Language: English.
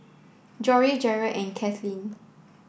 Jory Jerrad and Kathlyn